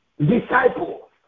disciple